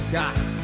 got